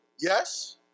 yes